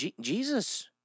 Jesus